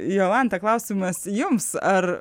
jolanta klausimas jums ar